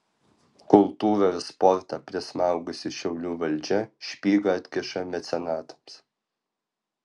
kultūrą ir sportą prismaugusi šiaulių valdžia špygą atkiša mecenatams